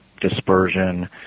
dispersion